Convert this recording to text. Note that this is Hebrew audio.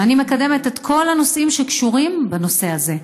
ואני מקדמת את כל הנושאים שקשורים בנושא הזה.